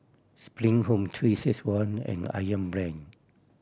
Spring Home Three Six One and Ayam Brand